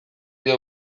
die